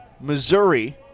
Missouri